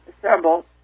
assemble